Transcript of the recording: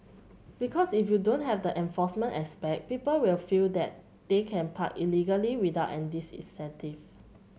because if you don't have the enforcement aspect people will feel that they can park illegally without any disincentive